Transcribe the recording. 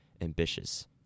ambitious